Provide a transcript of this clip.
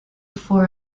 for